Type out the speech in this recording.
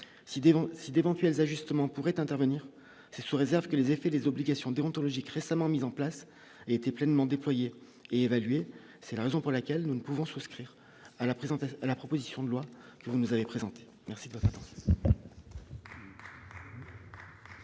d'éventuels ajustements pourraient intervenir, c'est sous réserve que les effets des obligations déontologiques, récemment mis en place était pleinement déployer évaluer, c'est la raison pour laquelle nous ne pouvons souscrire à la présente à la proposition de loi que vous nous avez merci. Dans la suite de